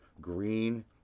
Green